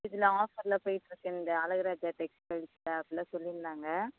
இதில் ஆஃபரில் போயிட்டுருக்கு இந்த அழகு ராஜா டெக்ஸ்டைல்ஸில் அப்போல்லாம் சொல்லிருந்தாங்க